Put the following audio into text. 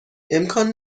امکان